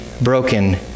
broken